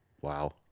Wow